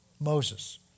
Moses